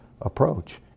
approach